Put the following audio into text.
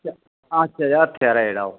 अच्छा हत्थें आह्ला जेह्ड़ा ओह्